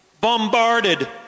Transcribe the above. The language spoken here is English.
bombarded